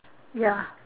ya